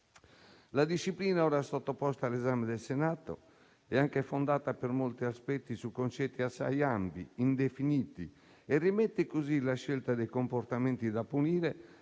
La disciplina ora sottoposta all'esame del Senato è anche fondata per molti aspetti su concetti assai ampi e indefiniti e rimette così la scelta dei comportamenti da punire